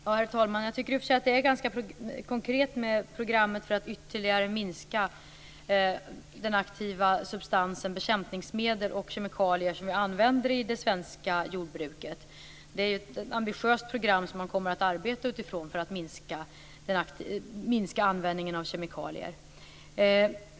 Herr talman! Jag tycker att det är ganska konkret med programmet för att ytterligare minska den aktiva substansen i bekämpningsmedel och kemikalier som vi använder i det svenska jordbruket. Det är ett ambitiöst program som man kommer att arbeta utifrån för att minska användningen av kemikalier.